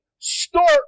Start